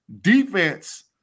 defense